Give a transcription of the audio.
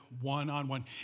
one-on-one